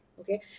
okay